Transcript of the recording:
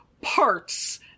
parts